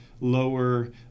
lower